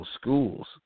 schools